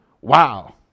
wow